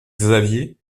xavier